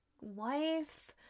wife